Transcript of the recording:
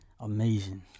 amazing